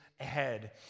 ahead